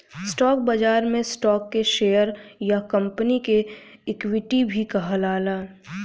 stock बाजार में stock के शेयर या कंपनी के इक्विटी भी कहाला